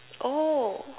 oh